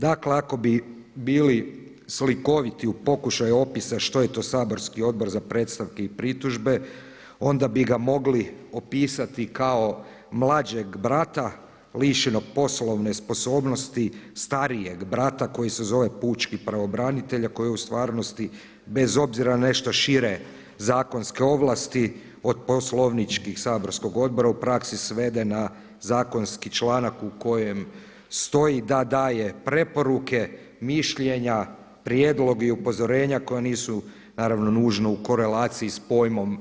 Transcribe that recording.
Dakle ako bi bili slikoviti u pokušaju opisa što je to saborski Odbor za predstavke i pritužbe, onda bi ga mogli opisati kao mlađeg brata lišenog poslovne sposobnosti, starijeg brata koji se zove pučki pravobranitelj, a koji u stvarnosti bez obzira nešto šire zakonske ovlasti od poslovničkih saborskog odbora u praksi svede na zakonski članak u kojem stoji da daje preporuke, mišljenja, prijedloge i upozorenja koja nisu naravno nužno u korelaciji s pojmom